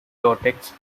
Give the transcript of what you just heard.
products